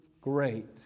great